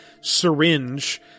syringe